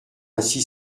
ainsi